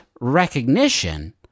recognition